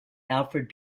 alfred